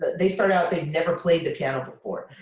they start out, they've never played the piano before.